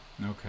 Okay